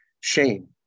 shame